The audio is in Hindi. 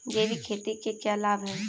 जैविक खेती के क्या लाभ हैं?